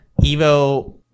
Evo